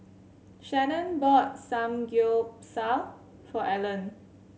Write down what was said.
Shannon bought Samgyeopsal for Alan